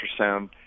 ultrasound